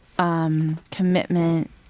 Commitment